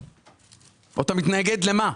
אתה מתנגד למהות?